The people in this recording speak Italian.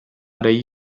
gli